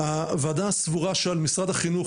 הוועדה סבורה שעל משרד החינוך,